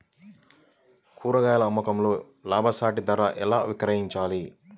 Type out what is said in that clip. కూరగాయాల అమ్మకంలో లాభసాటి ధరలలో ఎలా విక్రయించాలి?